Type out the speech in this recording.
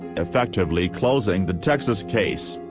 effectively closing the texas case,